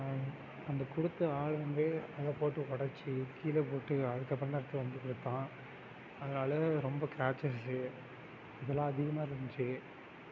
அந்த கொடுத்த ஆள் வந்து அத போட்டு உடச்சி கீழே போட்டு அதுக்கு அப்புறம் தான் எடுத்துகிட்டு வந்து கொடுத்தான் அதனால ரொம்ப க்ராச்சஸு இதெல்லாம் அதிகமாக இருந்துச்சு